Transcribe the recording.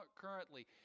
currently